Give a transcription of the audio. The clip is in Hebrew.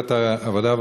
בוועדת העבודה,